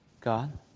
God